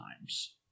times